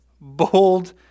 bold